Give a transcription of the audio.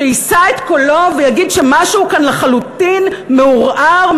שיישא את קולו ויגיד שמשהו כאן לחלוטין מעורער,